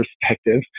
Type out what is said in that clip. perspective